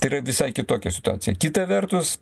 tai yra visai kitokia situacija kita vertus